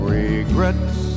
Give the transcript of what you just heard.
regrets